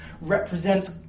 represents